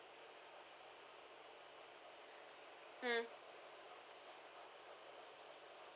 mm